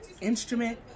instrument